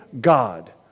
God